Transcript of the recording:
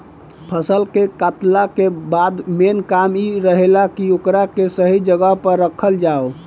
फसल के कातला के बाद मेन काम इ रहेला की ओकरा के सही जगह पर राखल जाव